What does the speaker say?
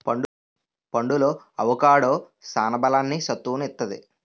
పండులో అవొకాడో సాన బలాన్ని, సత్తువును ఇత్తది